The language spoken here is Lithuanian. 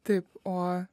taip o